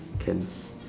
can